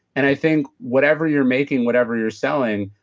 and i think whatever you're making, whatever you're selling,